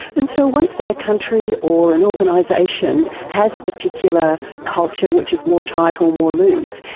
and so once a country or an organisation has a particular culture which is more tight or more loose,